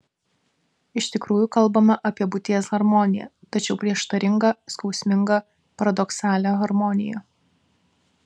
iš tikrųjų kalbama apie būties harmoniją tačiau prieštaringą skausmingą paradoksalią harmoniją